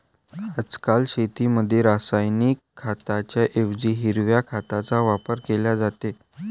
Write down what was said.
आजकाल शेतीमध्ये रासायनिक खतांऐवजी हिरव्या खताचा वापर केला जात आहे